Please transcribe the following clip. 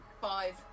Five